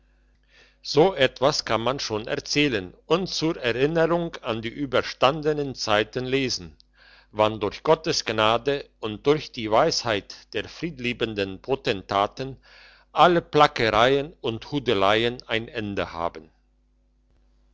so etwas kann man schon erzählen und zur erinnerung an die überstandenen zeiten lesen wann durch gottes gnade und durch die weisheit der friedliebenden potentaten alle plackereien und hudeleien ein ende haben